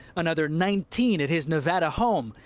another nineteen at his nevada home.